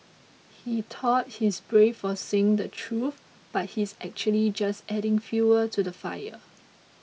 he thought he's brave for saying the truth but he's actually just adding fuel to the fire